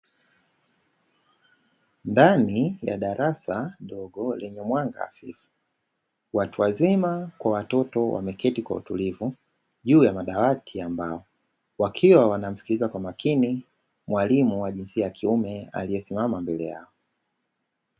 Ndani ya darasa dogo lenye mwanga hafifu, watu wazima kwa watoto wameketi kwa utulivu juu ya madawati ya mbao wakiwa wanamsikiliza kwa makini mwalimu wa jinsia ya kiume aliyesimama mbele yao.